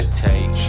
take